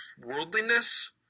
Worldliness